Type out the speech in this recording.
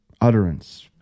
utterance